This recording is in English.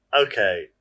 Okay